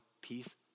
peace